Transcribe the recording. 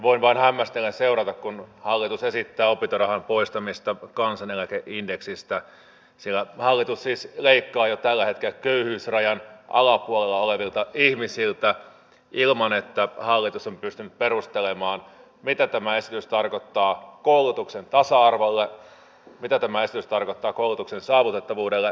voin vain hämmästellen seurata kun hallitus esittää opintorahan poistamista kansaneläkeindeksistä sillä hallitus siis leikkaa jo tällä hetkellä köyhyysrajan alapuolella olevilta ihmisiltä ilman että hallitus on pystynyt perustelemaan mitä tämä esitys tarkoittaa koulutuksen tasa arvolle mitä tämä esitys tarkoittaa koulutuksen saavutettavuudelle